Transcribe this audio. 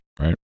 right